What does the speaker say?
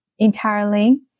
Entirely